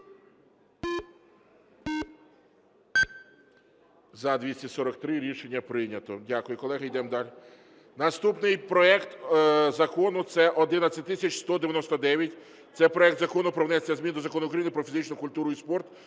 За-243 Рішення прийнято. Дякую, колеги. Ідемо далі. Наступний проект Закону це 11199. Це проект Закону про внесення змін до Закону України "Про фізичну культуру і спорт"